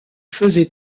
faisait